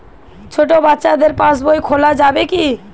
ছোট বাচ্চাদের পাশবই খোলা যাবে কি?